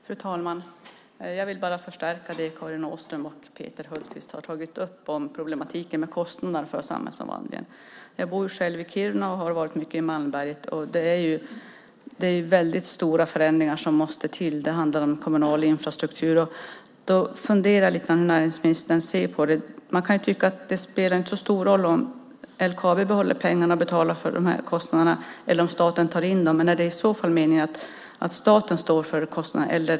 Fru talman! Jag vill bara förstärka det Karin Åström och Peter Hultqvist har tagit upp om problematiken med kostnaderna för samhällsomvandlingen. Jag bor själv i Kiruna och har varit mycket i Malmberget. Det är väldigt stora förändringar som måste till. Det handlar om kommunal infrastruktur. Jag funderar lite på hur näringsministern ser på det. Man kan tycka att det inte spelar så stor roll om LKAB behåller pengarna och betalar för kostnaderna eller om staten tar in dem. Men är det i så fall meningen att staten ska stå för kostnaderna?